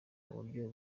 buryo